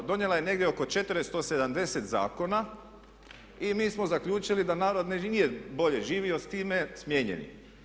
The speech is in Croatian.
Donijela je negdje oko 470 zakona i mi smo zaključili da narod nije bolje živio s time, smijenjen je.